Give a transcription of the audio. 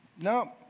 no